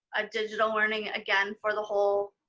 ah digital learning again for the whole,